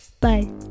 Bye